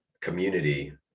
community